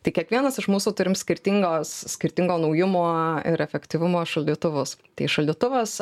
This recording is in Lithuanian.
tai kiekvienas iš mūsų turim skirtingos skirtingo naujumo ir efektyvumo šaldytuvus tai šaldytuvas